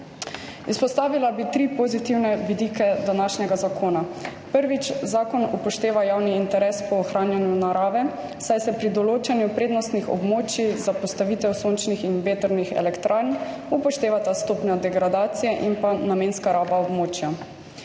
Izpostavila bi tri pozitivne vidike današnjega zakona. Prvič. Zakon upošteva javni interes po ohranjanju narave, saj se pri določanju prednostnih območij za postavitev sončnih in vetrnih elektrarn upoštevata stopnja degradacije in namenska raba območja.